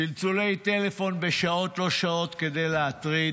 צלצולי טלפון בשעות לא שעות כדי להטריד,